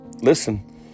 listen